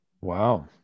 Wow